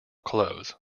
clothes